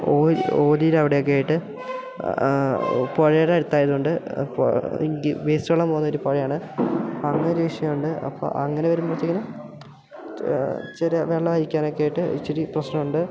ഓലീൽ അവിടെയൊക്കെ ആയിട്ട് പുഴയുടെ അടുത്തായത് കൊണ്ട് വേസ്റ്റ് വെള്ളം പോകുന്നൊരു പുഴയാണ് അങ്ങനെ ഒരു വിഷയം ഉണ്ട് അപ്പം അങ്ങനെ വരുമ്പഴത്തേക്കിനും ചെറിയ വെള്ളം അരിക്കാനൊക്കെ ആയിട്ട് ഇച്ചിരി പ്രശ്നം ഉണ്ട്